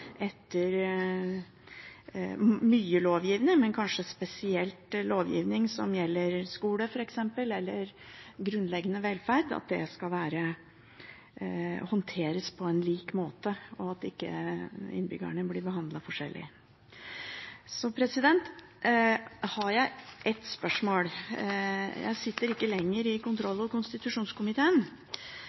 kanskje spesielt lovgivning som gjelder skole eller grunnleggende velferd, og at ikke innbyggerne blir behandlet forskjellig. Jeg har et spørsmål. Jeg sitter ikke lenger i kontroll- og konstitusjonskomiteen. Derfor har jeg et lite spørsmål til merknadsteksten på side 8 i